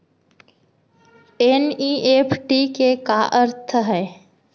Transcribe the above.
NEFT के का अर्थ है?